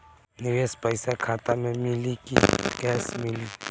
निवेश पइसा खाता में मिली कि कैश मिली?